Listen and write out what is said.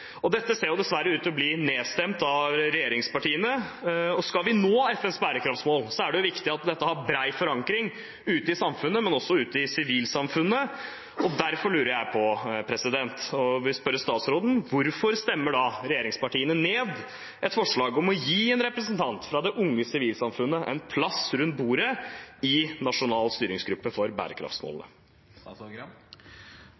Dette forslaget ser dessverre ut til å bli nedstemt av regjeringspartiene. Skal vi nå FNs bærekraftsmål, er det viktig at dette har bred forankring ute i samfunnet, men også ute i sivilsamfunnet. Derfor vil jeg spørre statsråden om hvorfor regjeringspartiene stemmer ned et forslag om å gi en representant for det unge sivilsamfunnet en plass rundt bordet til den nasjonale styringsgruppen for bærekraftsmålene.